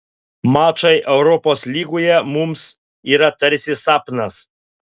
mačai europos lygoje mums yra tarsi sapnas